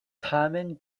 tamen